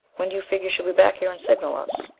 when do you figure she'll be back here and signal us?